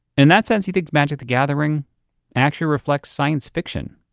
and that sense he thinks magic the gathering actually reflects science fiction,